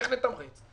איך נתמרץ?